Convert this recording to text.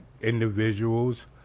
individuals